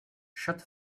shut